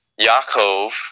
Yaakov